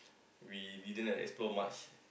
we didn't like explore much